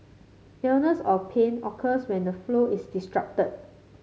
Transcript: illness or pain occurs when the flow is disrupted